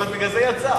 בגלל זה הוא יצא.